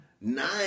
nine